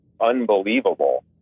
unbelievable